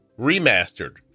remastered